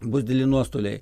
bus dideli nuostoliai